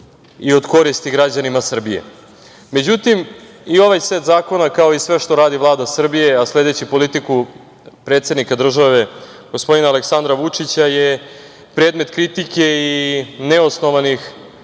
i od koristi građanima Srbije.Međutim, i ovaj set zakona kao i sve što radi Vlada Srbije, a sledeći politiku predsednika države gospodina Aleksandra Vučića, je predmet kritike i neosnovanih